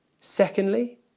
Secondly